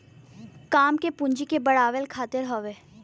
काम के पूँजी के बढ़ावे खातिर हौ